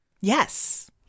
Yes